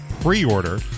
pre-order